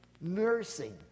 nursing